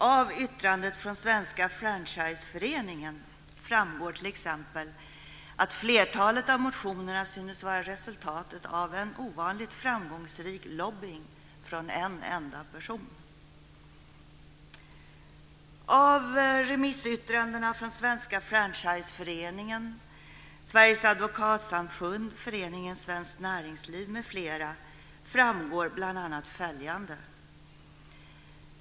Av yttrandet från Svenska Franchiseföreningen framgår t.ex. att flertalet av motionerna synes vara resultatet av en ovanligt framgångsrik lobbying från en enda person. Svenskt Näringsliv m.fl. framgår bl.a. följande.